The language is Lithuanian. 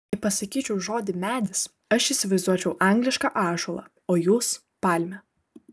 jei pasakyčiau žodį medis aš įsivaizduočiau anglišką ąžuolą o jūs palmę